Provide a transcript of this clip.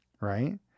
right